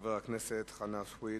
חבר הכנסת חנא סוייד,